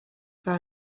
far